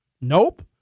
Nope